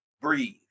Breathe